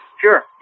Sure